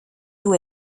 d’où